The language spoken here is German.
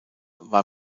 war